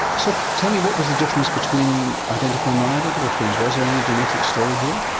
so tell me, what was the difference between identical and non-identical twins, was there any genetic story here?